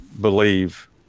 believe